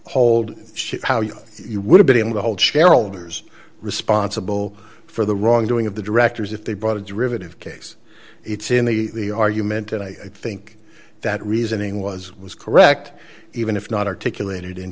hold how you you would have been able to hold shareholders responsible for the wrongdoing of the directors if they bought a derivative case it's in the argument and i think that reasoning was was correct even if not articulated in